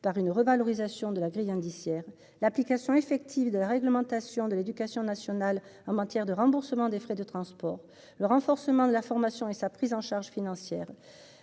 par une revalorisation de la grille indiciaire l'application effective de la réglementation de l'éducation nationale en matière de remboursement des frais de transport, le renforcement de la formation et sa prise en charge financière.